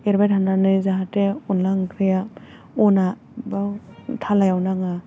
एरबाय थानानै जाहाथे अनला ओंख्रिया अनआ बा थालायाव नाङा